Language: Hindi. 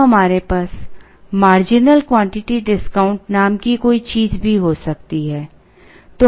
अब हमारे पास मार्जिनल क्वांटिटी डिस्काउंट नाम की कोई चीज भी हो सकती है